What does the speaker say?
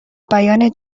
بیان